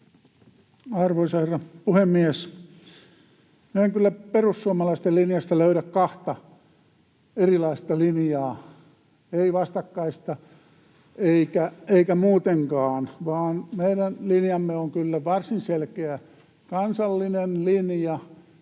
Arvoisa herra puhemies! Minä en kyllä perussuomalaisten linjasta löydä kahta erilaista linjaa, en vastakkaista enkä muutenkaan, vaan meidän linjamme on kyllä varsin selkeä kansallinen linja.